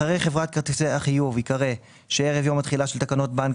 אחרי חברת כרטיסי החיוב ייקרא "שערב יום התחילה של תקנות בנק